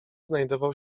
znajdował